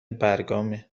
برگامه